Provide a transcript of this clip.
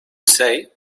say